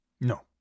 No